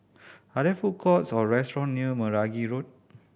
are there food courts or restaurant near Meragi Road